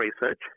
research